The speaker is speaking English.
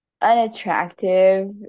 unattractive